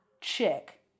chick